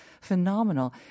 phenomenal